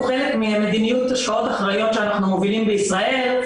הוא חלק ממדיניות השקעות אחראיות שאנחנו מובילים בישראל,